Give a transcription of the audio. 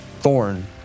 Thorn